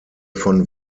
von